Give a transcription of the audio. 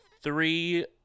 three